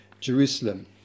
Jerusalem